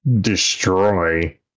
destroy